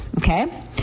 Okay